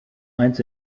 eins